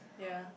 yea